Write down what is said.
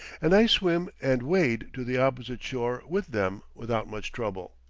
and i swim and wade to the opposite shore with them without much trouble.